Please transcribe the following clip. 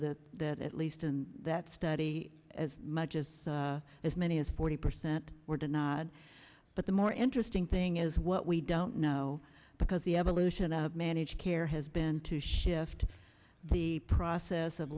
that that at least in that study as much as as many as forty percent were denied but the more interesting thing is what we don't know because the evolution of managed care has been to shift the process of